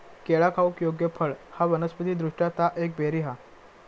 केळा खाऊक योग्य फळ हा वनस्पति दृष्ट्या ता एक बेरी हा